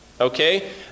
okay